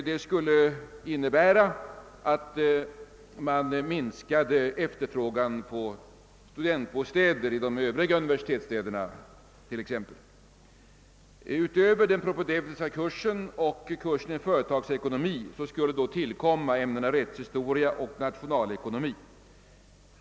Det skulle innebära att man minskade efterfrågan på studentbostäder i de övriga universitetsstäderna t.ex. Utöver den propedeutiska kursen och kursen i företagsekonomi skulle då tillkomma ämnena rättshistoria och nationalekonomi.